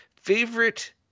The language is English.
favorite